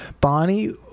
Bonnie